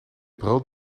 brood